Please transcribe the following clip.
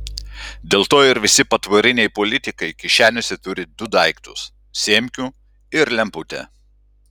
dėl to ir visi patvoriniai politikai kišenėse turi du daiktus semkių ir lemputę